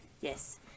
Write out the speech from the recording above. Yes